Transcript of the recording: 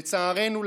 לצערנו,